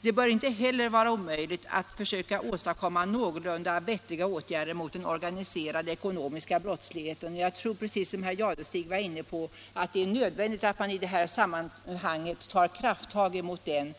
Det bör inte heller vara omöjligt att försöka åstadkomma någorlunda vettiga åtgärder mot den organiserade ekonomiska brottsligheten. Jag tror — vilket också herr Jadestig var inne på — att det är nödvändigt att man i detta sammanhang tar krafttag mot den.